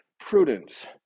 Prudence